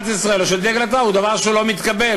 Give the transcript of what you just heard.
ישראל או של דגל התורה הוא דבר שלא מתקבל.